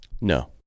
No